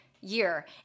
year